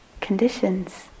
conditions